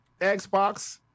Xbox